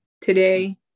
today